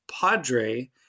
Padre